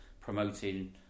promoting